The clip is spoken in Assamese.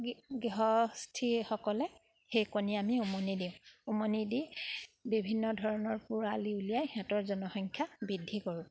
গৃহস্থীসকলে সেই কণী আমি উমনি দিওঁ উমনি দি বিভিন্ন ধৰণৰ পোৱালি উলিয়াই সিহঁতৰ জনসংখ্যা বৃদ্ধি কৰোঁ